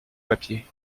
papier